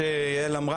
שמירה,